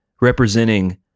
representing